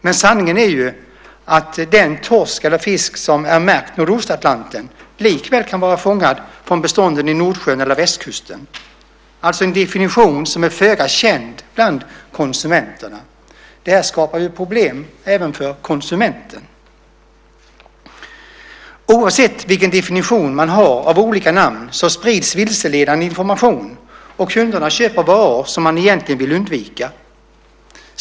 Men sanningen är ju att den torsk eller annan fisk som är märkt Nordostatlanten likväl kan vara fångad från bestånden i Nordsjön eller på västkusten, alltså en definition som är föga känd bland konsumenterna. Detta skapar problem även för konsumenten. Oavsett vilken definition som man har av olika namn sprids vilseledande information, och kunderna köper varor som de egentligen vill undvika.